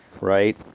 right